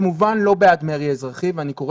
אני כמובן לא בעד מרי אזרחי ואני קורא